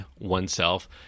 oneself